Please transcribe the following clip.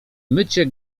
mycie